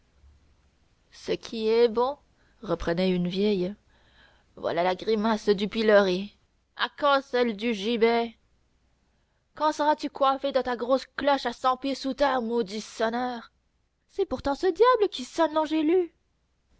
aujourd'hui hier c'est bon reprenait une vieille voilà la grimace du pilori à quand celle du gibet quand seras-tu coiffé de ta grosse cloche à cent pieds sous terre maudit sonneur c'est pourtant ce diable qui sonne l'angélus